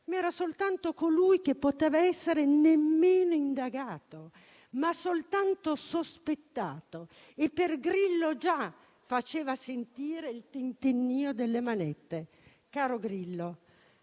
ma soltanto colui che era nemmeno indagato, ma soltanto sospettato. E Grillo già faceva sentire il tintinnio delle manette. Caro Grillo